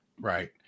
Right